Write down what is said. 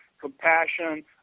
compassion